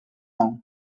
hawn